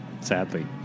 sadly